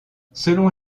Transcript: selon